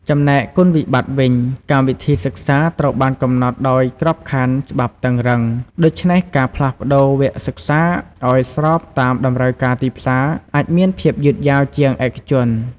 ចំំណែកគុណវិបត្តិវិញ កម្មវិធីសិក្សាត្រូវបានកំណត់ដោយក្របខ័ណ្ឌច្បាប់តឹងរ៉ឹង ដូច្នេះការផ្លាស់ប្ដូរវគ្គសិក្សាឲ្យស្របតាមតម្រូវការទីផ្សារអាចមានភាពយឺតយ៉ាវជាងឯកជន។